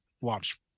watch